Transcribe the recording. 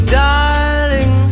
darling